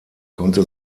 konnte